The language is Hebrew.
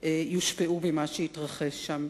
יושפעו ממה שהתרחש שם.